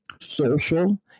social